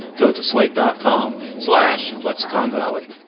go to slate dot com slash lexicon valley,